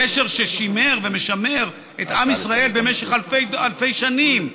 גשר ששימר ומשמר את עם ישראל במשך אלפי שנים,